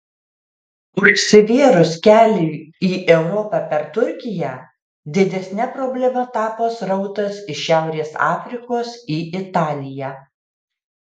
užsivėrus keliui į europą per turkiją didesne problema tapo srautas iš šiaurės afrikos į italiją